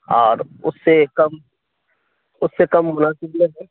اور اس سے کم اس سے کم مناسب نہیں ہے